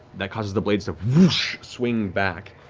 that causes the blades to swing back,